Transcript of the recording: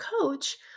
coach